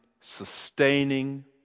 sustaining